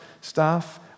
staff